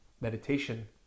meditation